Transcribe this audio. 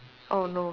oh no